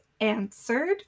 answered